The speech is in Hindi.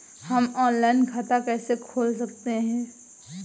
हम ऑनलाइन खाता कैसे खोल सकते हैं?